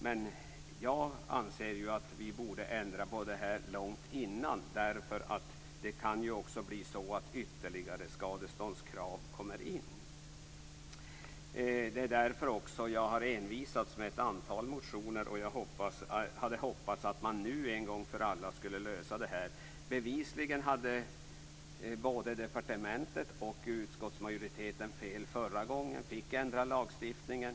Men jag anser att vi borde ändra på det här långt tidigare, eftersom ytterligare skadeståndskrav kan komma in. Det är därför som jag har envisats med att väcka ett antal motioner. Jag hade hoppats att man nu, en gång för alla, skulle lösa det här. Bevisligen hade både departementet och utskottsmajoriteten fel förra gången och fick ändra lagstiftningen.